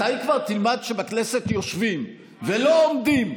מתי כבר תלמד שבכנסת יושבים ולא עומדים?